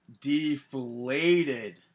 deflated